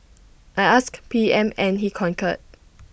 I asked P M and he concurred